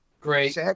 great